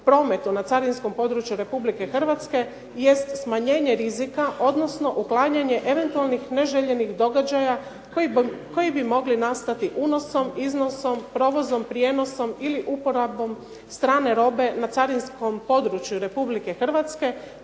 prometu na carinskom području Republike Hrvatske jest smanjenje rizika, odnosno uklanjanje eventualnih neželjenih događaja koji bi mogli nastati unosom, iznosom, provozom, prijenosom ili uporabom strane robe na carinskom području Republike Hrvatske,